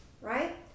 right